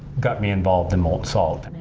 got me involved in molten salt.